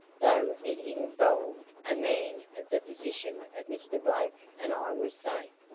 though it involved a man of the position of mr. blake and i was safe.